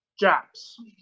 Japs